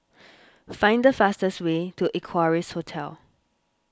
find the fastest way to Equarius Hotel